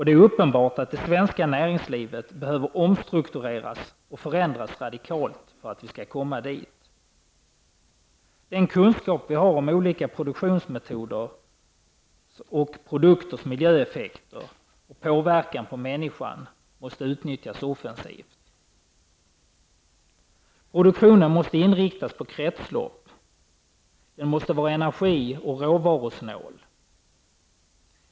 Det är uppenbart att det svenska näringslivet behöver omstruktureras och förändras radikalt för att vi skall komma dit. Den kunskap vi har om olika produktionsmetoders och produkters miljöeffekter och påverkan på människan måste utnyttjas offensivt. Produktionen måste inriktas på kretslopp och vara energi och råvarusnål.